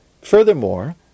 Furthermore